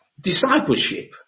discipleship